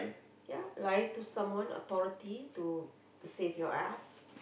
ya lie to someone authority to save your ass